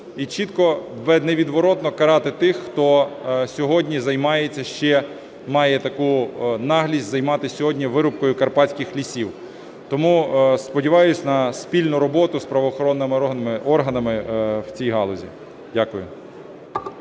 і чітко невідворотно карати тих, хто сьогодні займається, ще має таку наглість займатися сьогодні вирубкою карпатських лісів. Тому сподіваюсь на спільну роботу з правоохоронними органами у цій галузі. Дякую.